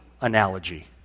analogy